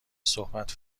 صحبت